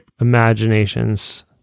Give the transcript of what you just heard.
imaginations